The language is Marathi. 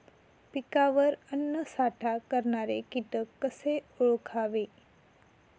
पिकावर अन्नसाठा करणारे किटक कसे ओळखावे?